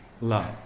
love